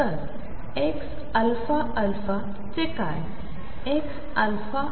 तर xαα